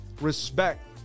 Respect